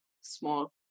small